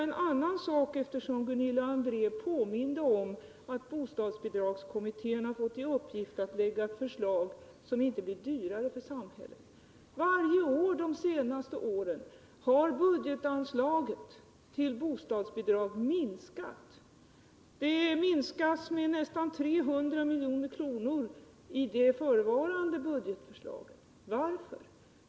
Eftersom Gunilla André påminde om att bostadsbidragskommittén har fått i uppgift att lägga fram förslag som inte blir dyrare för samhället, vill jag också understryka en annan sak. Varje år under de senaste åren har budgetanslaget till bostadsbidrag minskat. Det minskas med nästan 300 milj.kr. i det föreliggande budgetförslaget. Varför?